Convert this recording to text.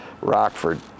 Rockford